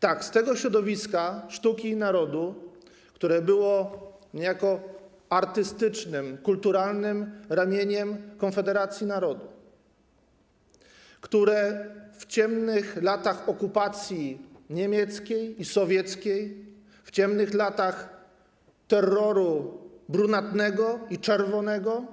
Tak, z tego środowiska sztuki i narodu, które było niejako artystycznym, kulturalnym ramieniem Konfederacji Narodu, które w ciemnych latach okupacji niemieckiej i sowieckiej, w ciemnych latach terroru brunatnego i czerwonego